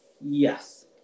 yes